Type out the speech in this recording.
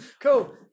cool